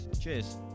Cheers